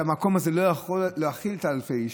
שהמקום הזה לא יכול להכיל אלפי איש.